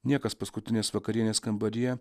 niekas paskutinės vakarienės kambaryje